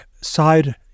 side